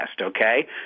okay